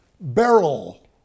beryl